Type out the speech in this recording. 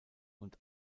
und